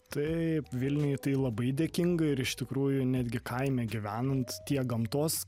taip vilniuj tai labai dėkinga ir iš tikrųjų netgi kaime gyvenant tiek gamtos